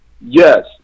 Yes